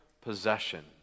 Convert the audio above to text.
possession